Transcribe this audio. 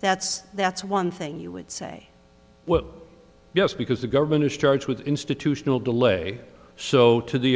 that's that's one thing you would say well yes because the government is charged with institutional delay so to the